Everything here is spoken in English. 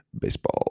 Baseball